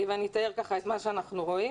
ואני אתאר את מה שאנחנו רואים.